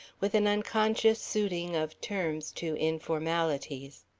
with an unconscious suiting of terms to informalities.